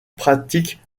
pratiquent